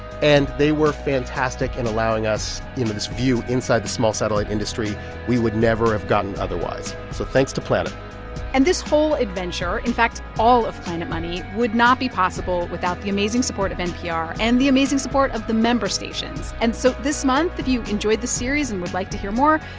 and they were fantastic in allowing us this view inside the small satellite industry we would never have gotten otherwise. so thanks to planet and this whole adventure in fact, all of planet money would not be possible without the amazing support of npr and the amazing support of the member stations. and so this month, if you enjoyed the series and would like to hear more,